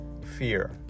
fear